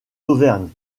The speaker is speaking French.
auvergne